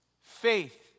Faith